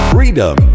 Freedom